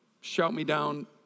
shout-me-down